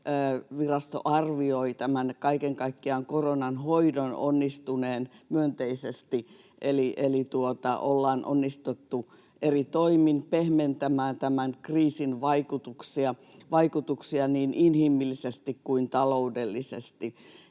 virasto arvioi kaiken kaikkiaan tämän koronan hoidon onnistuneen myönteisesti, eli ollaan onnistuttu eri toimin pehmentämään tämän kriisin vaikutuksia niin inhimillisesti kuin taloudellisesti.